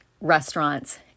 Restaurants